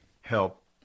help